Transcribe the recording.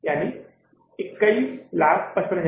यानी 2155000